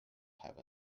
have